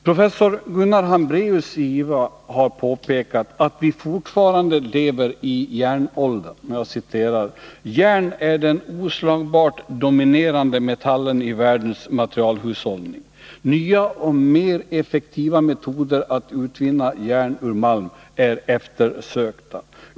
Professor Gunnar Hambraeus i Ingenjörsvetenskapsakademien har påpekat att vi fortfarande lever i järnåldern. Han har bl.a. uttalat följande: ”Järn är den oslagbart dominerande metallen i världens materialhushållning. Nya och mer effektiva metoder att utvinna järn ur malm är eftersökta.